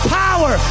power